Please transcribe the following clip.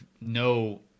no